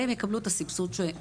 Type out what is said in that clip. והם יקבלו את הסבסוד,